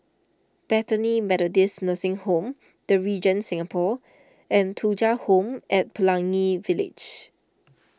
Bethany Methodist Nursing Home the Regent Singapore and Thuja Home at Pelangi Village